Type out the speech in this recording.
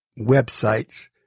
websites